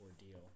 ordeal